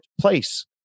place